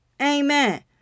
Amen